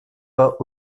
pas